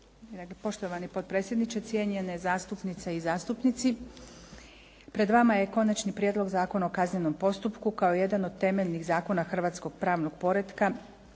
Poštovani potpredsjedniče, cijenjene zastupnice i zastupnici. Pred vama je Konačni prijedlog zakona o kaznenom postupku kao jedan od temeljnih zakona hrvatskog pravnog poretka